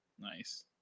Nice